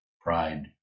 pride